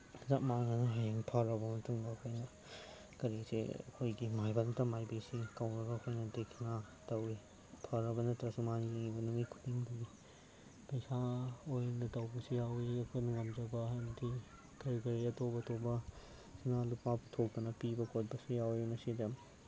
ꯆꯞ ꯃꯥꯟꯅꯅ ꯍꯌꯦꯡ ꯐꯔꯕ ꯃꯇꯨꯡꯗ ꯑꯩꯈꯣꯏꯅ ꯀꯔꯤꯁꯦ ꯑꯩꯈꯣꯏꯒꯤ ꯃꯥꯏꯕ ꯅꯠꯇ꯭ꯔꯒ ꯃꯥꯏꯕꯤꯁꯦ ꯀꯧꯔꯒ ꯑꯩꯈꯣꯏꯅ ꯗꯈꯤꯅꯥ ꯇꯧꯋꯤ ꯐꯔꯕ ꯅꯠꯇ꯭ꯔꯁꯨ ꯃꯥꯅ ꯌꯦꯡꯉꯤ ꯅꯨꯃꯤꯠ ꯈꯨꯗꯤꯡꯒꯤ ꯄꯩꯁꯥ ꯑꯣꯏꯅ ꯇꯧꯕꯁꯨ ꯌꯥꯎꯋꯤ ꯑꯩꯈꯣꯏꯅ ꯉꯝꯖꯕ ꯍꯥꯏꯗꯤ ꯀꯔꯤ ꯀꯔꯤ ꯑꯇꯣꯞ ꯑꯇꯣꯞꯄ ꯁꯅꯥ ꯂꯨꯄꯥ ꯄꯨꯊꯣꯛꯇꯅ ꯄꯤꯕ ꯈꯣꯠꯄꯁꯨ ꯌꯥꯎꯋꯤ ꯃꯁꯤꯗ